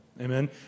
amen